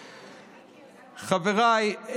חבריי,